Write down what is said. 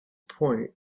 point